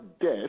death